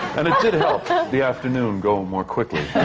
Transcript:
and it did help the afternoon go more quickly.